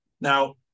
now